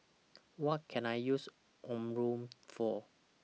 What Can I use Omron For